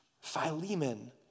Philemon